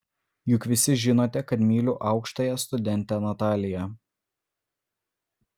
juk visi žinote kad myliu aukštąją studentę nataliją